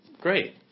Great